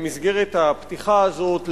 במסגרת הפתיחה הזאת,